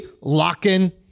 Lock-in